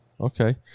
Okay